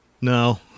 No